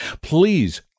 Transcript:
Please